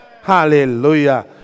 Hallelujah